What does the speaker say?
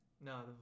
No